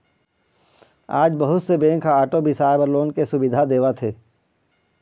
आज बहुत से बेंक ह आटो बिसाए बर लोन के सुबिधा देवत हे